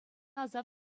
асав